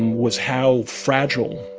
was how fragile